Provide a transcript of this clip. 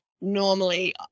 normally